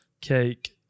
cake